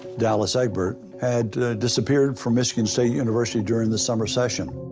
dallas egbert had disappeared from michigan state university during the summer session.